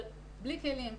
אבל בלי כלים,